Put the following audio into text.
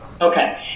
Okay